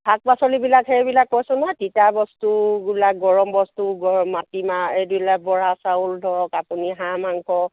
শাক পাচলিবিলাক সেইবিলাক কৈছোঁ নহয় তিতা বস্তুবিলাক গৰম বস্তু মাটিমাহ এইবিলাক বৰা চাউল ধৰক আপুনি হাঁহ মাংস